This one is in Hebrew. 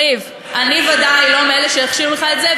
אני ודאי לא מאלה שיכשילו לך את זה,